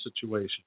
situation